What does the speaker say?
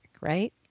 right